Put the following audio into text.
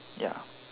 ya